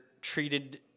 treated